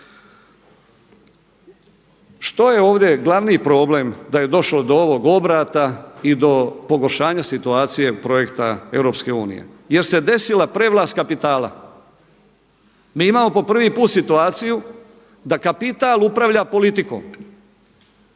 Što je ovdje glavni problem da je došlo do ovog obrata i do pogoršanja situacije projekta Europske unije? Jer se desila prevlast kapitala. Mi imamo po prvi put situaciju da kapital upravlja politikom